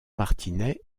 martinet